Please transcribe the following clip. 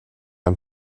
ein